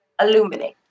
Illuminate